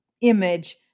image